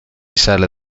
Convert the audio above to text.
sale